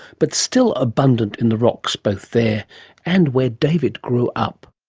but still abundant in the rocks both there and where david grew up.